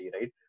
right